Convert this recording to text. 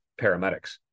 paramedics